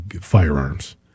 firearms